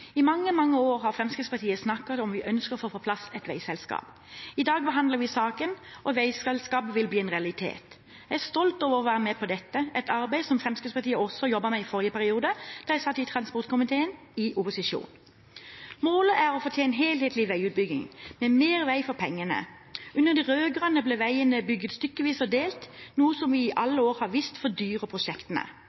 I mange, mange år har Fremskrittspartiet snakket om at vi ønsker å få på plass et veiselskap. I dag behandler vi saken, og veiselskapet vil bli en realitet. Jeg er stolt over å være med på dette, et arbeid som Fremskrittspartiet også jobbet med i forrige periode, da jeg satt i transportkomiteen, i opposisjon. Målet er å få til en helhetlig veiutbygging, med mer vei for pengene. Under de rød-grønne ble veiene bygd stykkevis og delt, noe som vi i alle år har visst fordyrer prosjektene. Med veiselskapet på plass vil det bli en effektiv og